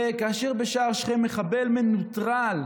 וכאשר בשער שכם מחבל מנוטרל,